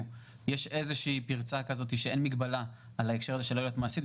שיש פרצה שאין מגבלה על עלויות מעסיק,